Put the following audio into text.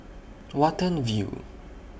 Watten View